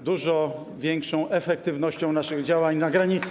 dużo większą efektywnością naszych działań na granicy.